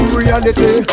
reality